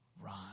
Run